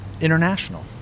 international